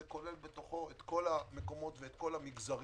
זה כולל את כל המקומות ואת כל המגזרים.